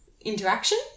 interaction